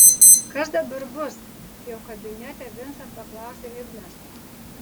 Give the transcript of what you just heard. kas dabar bus jau kabinete vincą paklausė ignas